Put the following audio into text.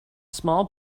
small